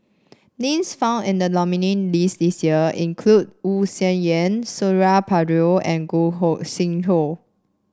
names found in the nominee' list this year include Wu Tsai Yen Suradi Parjo and Gog Sing Hooi